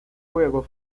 juego